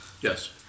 Yes